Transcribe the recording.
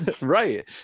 right